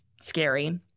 scary